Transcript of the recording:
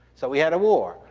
so we had a war.